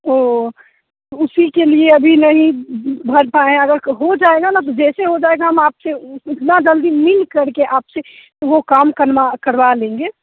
ओ उसी के लिए अभी नहीं भर पाए हैं अगर हो जाएगा न तो जैसे हो जाएगा हम आपसे उतना जल्दी मिल कर के आपसे वो काम कनवा करवा लेंगे